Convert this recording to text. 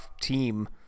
team